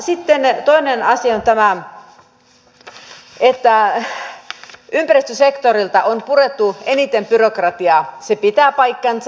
sitten toinen asia on tämä että ympäristösektorilta on purettu eniten byrokratiaa se pitää paikkansa